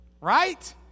Right